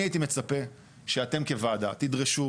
אני הייתי מצפה שאתם כוועדה תדרשו,